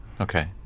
okay